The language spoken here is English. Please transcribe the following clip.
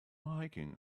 hiking